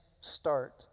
start